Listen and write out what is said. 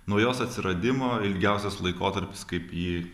nuo jos atsiradimo ilgiausias laikotarpis kaip ji